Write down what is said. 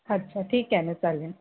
अच्छा ठीक आहे ना चालेल